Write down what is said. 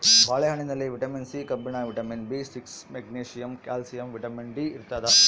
ಬಾಳೆ ಹಣ್ಣಿನಲ್ಲಿ vitamin C ಕಬ್ಬಿಣ vitamin B six magnesium calcium vitamin D ಇರ್ತಾದ